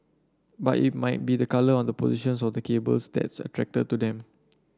but it might be the colour on the positions of the cables that's attracted to them